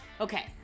Okay